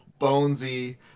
Bonesy